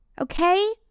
Okay